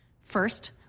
First